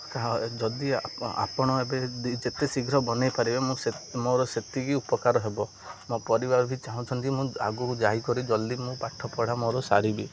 କହା ଯଦି ଆପଣ ଏବେ ଯେତେ ଶୀଘ୍ର ବନେଇ ପାରିବେ ମୁଁ ମୋର ସେତିକି ଉପକାର ହେବ ମୋ ପରିବାର ବି ଚାହୁଁଛନ୍ତି ମୁଁ ଆଗକୁ ଯାଇକରି ଜଲ୍ଦି ମୁଁ ପାଠପଢ଼ା ମୋର ସାରିବି